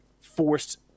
forced